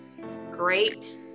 great